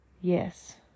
Yes